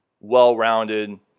well-rounded